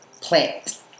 Plant